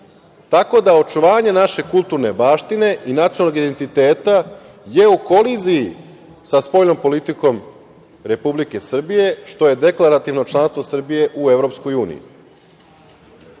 Tako da očuvanje naše kulturne baštine i nacionalnog identiteta je u koliziji sa spoljnom politikom Republike Srbije, što je deklarativno članstvo Srbije u EU.Mi smo videli